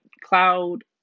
cloud